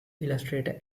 illustrator